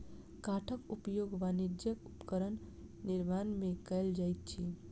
काठक उपयोग वाणिज्यक उपकरण निर्माण में कयल जाइत अछि